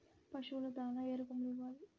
పశువుల దాణా ఏ రూపంలో ఇవ్వాలి?